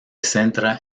centra